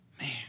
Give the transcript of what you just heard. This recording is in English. Man